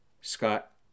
Scott